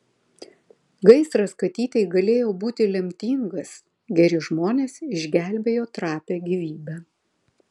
gaisras katytei galėjo būti lemtingas geri žmonės išgelbėjo trapią gyvybę